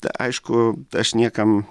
ta aišku aš niekam